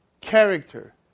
character